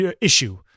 issue